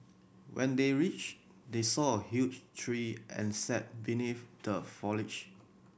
when they reached they saw a huge tree and sat beneath the foliage